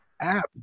app